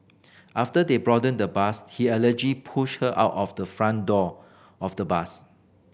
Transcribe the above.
after they broaden the bus he alleged pushed her out of the front door of the bus